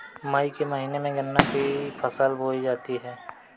मई के महीने में गन्ना की फसल बोई जाती है